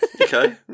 Okay